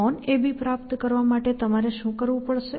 onAB પ્રાપ્ત કરવા માટે તમારે શું કરવું પડશે